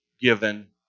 given